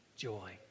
Joy